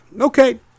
Okay